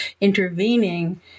intervening